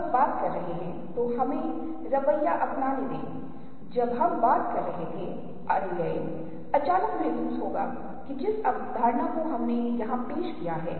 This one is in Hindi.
तो आप एक ही चीज़ को देख रहे हैं माना जा रहा सनसनी एक ही है लेकिन जिस तरह से आप इसे व्याख्या करते हैं वह एक व्यक्ति से दूसरे व्यक्ति मे अलग अलग हो सकता है